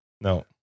no